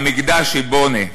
"המקדש יבונה".